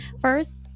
First